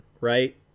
right